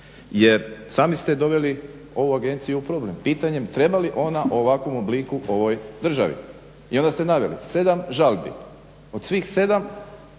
Jer sami ste doveli ovu agenciju u problem pitanjem treba li ona u ovakvom obliku ovoj državi? I onda ste naveli 7 žalbi. Od svih 7